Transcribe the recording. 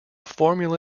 formula